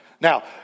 Now